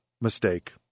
mistake